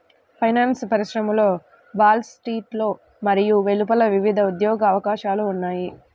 finance పరిశ్రమలో Wall స్ట్రీట్లో మరియు వెలుపల వివిధ ఉద్యోగ అవకాశాలు ఉన్నాయి